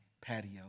patio